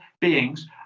beings